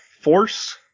force